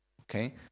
Okay